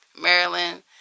Maryland